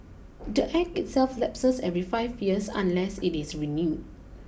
the Act itself lapses every five years unless it is renewed